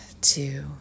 two